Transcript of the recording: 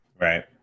Right